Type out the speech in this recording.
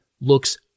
looks